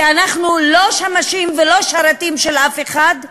כי אנחנו לא שמשים ולא שרתים של אף אחד,